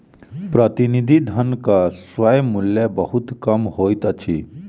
प्रतिनिधि धनक स्वयं मूल्य बहुत कम होइत अछि